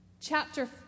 Chapter